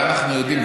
אבל אנחנו יודעים,